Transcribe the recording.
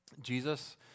Jesus